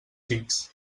xics